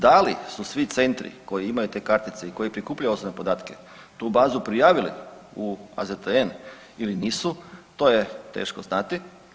Da li su svi centri koji imaju te kartice i koji prikupljaju osobne podatke tu bazu prijavili u AZTN ili nisu to je teško znati.